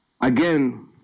Again